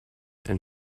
and